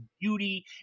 beauty